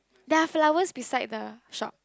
there are flowers beside the shop